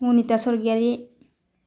Manitha Swargiary